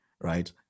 right